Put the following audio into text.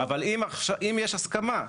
אם יש הסכמה.